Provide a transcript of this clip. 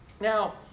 now